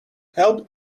help